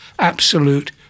absolute